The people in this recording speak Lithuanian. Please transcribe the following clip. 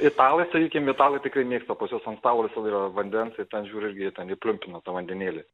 italai sakykim italai tikrai mėgsta pas juos ant stalo yra vandens ir ten žiūri irgi ten jie pliumpina tą vandenėlį